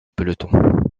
peloton